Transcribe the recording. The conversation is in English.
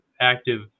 active